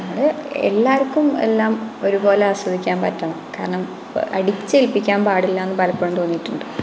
നമ്മൾ എല്ലാവർക്കും എല്ലാം ഒരുപോലെ ആസ്വദിക്കാൻ പറ്റണം കാരണം അടിച്ചേൽപ്പിക്കാൻ പാടില്ലയെന്നു പലപ്പോഴും തോന്നിയിട്ടുണ്ട്